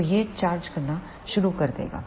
तो यह चार्ज करना शुरू कर देगा